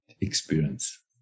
experience